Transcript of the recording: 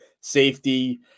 safety